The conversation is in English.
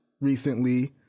recently